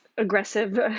aggressive